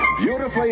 Beautifully